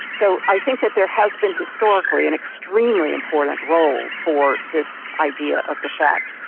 so i think that there has been historically an extremely important role for this idea of the fact.